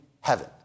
heaven